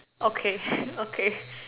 okay okay